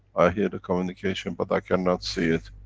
hear the communication but i can not see it.